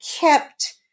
kept